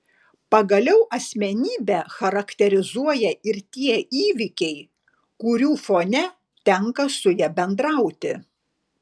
pagaliau asmenybę charakterizuoja ir tie įvykiai kurių fone tenka su ja bendrauti